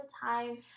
time